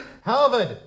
Halvard